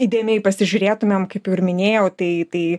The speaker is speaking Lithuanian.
įdėmiai pasižiūrėtumėm kaip ir minėjau tai tai